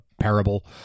parable